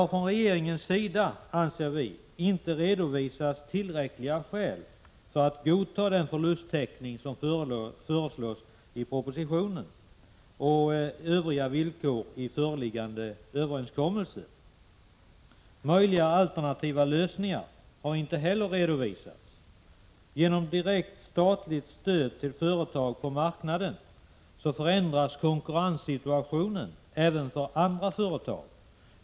Regeringen har, anser vi, inte redovisat tillräckliga skäl för att vi skall kunna godta den förlusttäckning som föreslås i propositionen och övriga villkor i föreliggande förslag till överenskommelse. Möjliga alternativa lösningar har inte heller redovisats. Genom direkt statligt stöd till företag på marknaden förändras konkurrenssituationen även för andra företag.